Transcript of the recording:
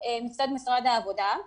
מצד משרד העבודה.